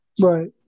Right